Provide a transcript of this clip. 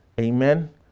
Amen